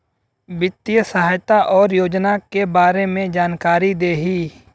वित्तीय सहायता और योजना के बारे में जानकारी देही?